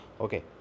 Okay